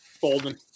Bolden